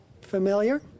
familiar